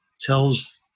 tells